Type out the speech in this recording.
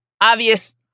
obvious